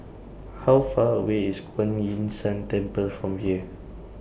How Far away IS Kuan Yin San Temple from here